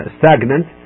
stagnant